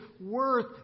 worth